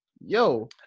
yo